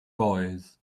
boys